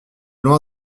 loin